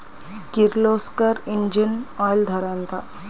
Kirloskar engine oil ధర ఎంత?